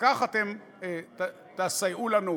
וכך אתם תסייעו לנו.